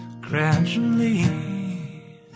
gradually